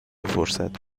فرصت